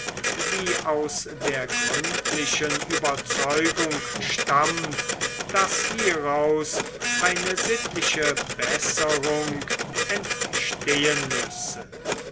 die aus der gründlichen überzeugung stammt daß hieraus eine sittliche besserung entstehen müsse